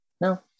No